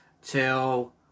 till